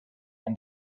and